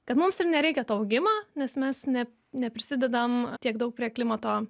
kad mums ir nereikia to augimo nes mes ne neprisidedam tiek daug prie klimato